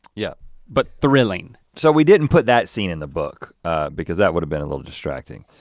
yeah but thrilling. so we didn't put that scene in the book because that would've been a little distracting,